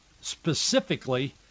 specifically